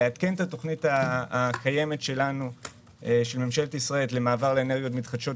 לעדכן את התוכנית הקיימת של ממשלת ישראל למעבר לאנרגיות מתחדשות,